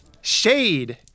Shade